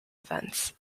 events